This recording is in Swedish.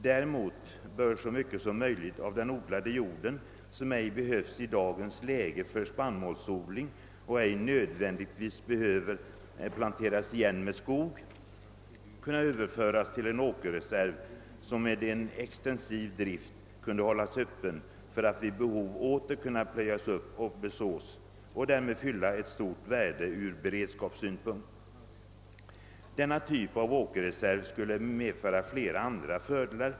Däremot bör så mycket som möjligt av den odlade jorden som inte behövs i dagens läge för spannmålsodling och inte nödvändigtvis behöver planteras igen med skog kunna överföras till en åkerreserv, som med en extensiv drift kunde hållas öppen för att vid behov kunna plöjas upp och besås och därmed fylla ett stort behov ur beredskapssynpunkt. Denna typ av åkerreserv skulle medföra flera andra fördelar.